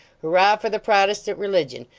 hurrah for the protestant religion!